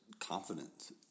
confidence